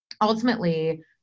ultimately